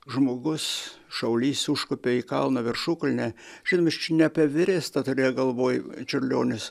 žmogus šaulys užkopė į kalno viršukalnę žinomis čia ne apie everestą turėjo galvoj čiurlionis